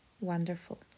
Wonderful